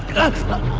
that's not